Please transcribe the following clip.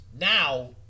now